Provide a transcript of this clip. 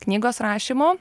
knygos rašymo